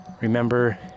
remember